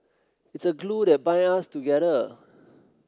it's a glue that bind us together